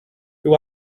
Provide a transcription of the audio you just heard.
who